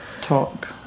talk